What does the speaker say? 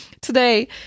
today